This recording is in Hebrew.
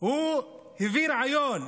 הוא הביא רעיון,